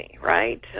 right